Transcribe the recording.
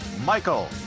Michael